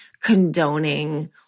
condoning